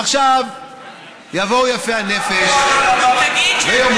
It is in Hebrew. עכשיו יבואו יפי הנפש ויאמרו,